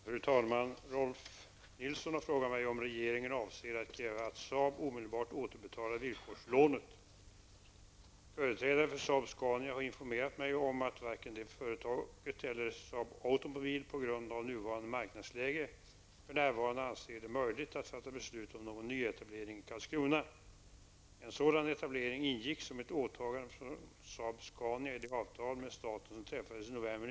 Fru talman! Rolf L Nilson har frågat mig om regeringen avser att kräva att Saab omedelbart återbetalar villkorslånet. Företrädare för Saab-Scania har informerat mig om att varken det företaget eller Saab Automobile på grund av nuvarande marknadsläge för närvarande anser det möjligt att fatta beslut om någon nyetablering i Karlskrona. En sådan etablering ingick som ett åtagande från Saab-Scania i det avtal med staten som träffades i november.